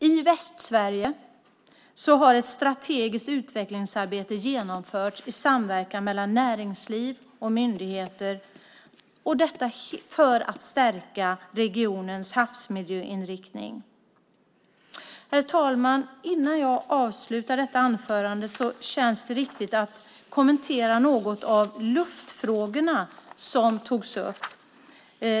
I Västsverige har ett strategiskt utvecklingsarbete genomförts i samverkan mellan näringsliv och myndigheter för att stärka regionens havsmiljöinriktning. Herr talman! Innan jag avslutar detta anförande känns det riktigt att kommentera några av luftfrågorna som togs upp.